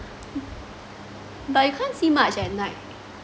but you can't see much at night